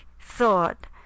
thought